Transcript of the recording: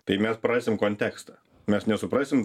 tai mes prarasim kontekstą mes nesuprasim